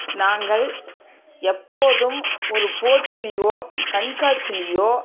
நாங்கள் எப்போதும் ஒரு போட்டிலையோ கண்காட்சிலையோ